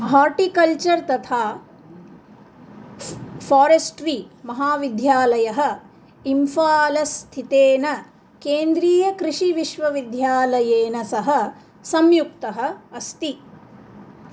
horticulture तथा फ़् forestry महाविद्यालय इम्फा़लस्थितेन केन्द्रीयकृषिविश्वविद्यालयेन सह संयुक्तः अस्ति